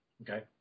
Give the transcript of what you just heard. Okay